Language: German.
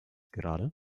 gerade